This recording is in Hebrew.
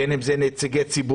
בין אם זה נציגי ציבור.